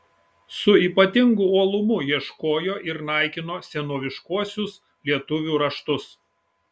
su ypatingu uolumu ieškojo ir naikino senoviškuosius lietuvių raštus